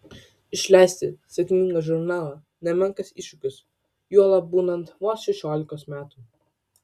išleisti sėkmingą žurnalą nemenkas iššūkis juolab būnant vos šešiolikos metų